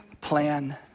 plan